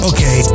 Okay